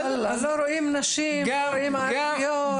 לא רואים נשים, לא רואים ערביות,